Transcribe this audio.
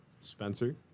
Spencer